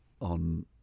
on